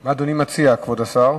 מה אדוני מציע, כבוד השר?